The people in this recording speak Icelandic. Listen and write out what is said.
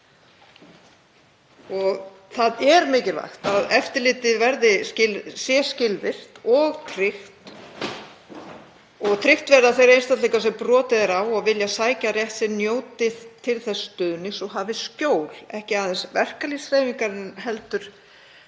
Það er mikilvægt að eftirlitið sé skilvirkt og tryggt verði að þeir einstaklingar sem brotið er á og vilja sækja rétt sinn njóti til þess stuðnings og hafi skjól, ekki aðeins verkalýðshreyfingarinnar heldur